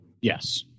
Yes